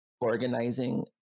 organizing